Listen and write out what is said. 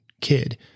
kid